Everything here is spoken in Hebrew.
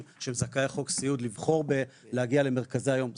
זהם זכאי חוק סיעוד לבחור להגיע למרכזי היום.